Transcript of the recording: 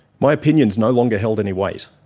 my opinions no longer held any weight.